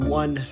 one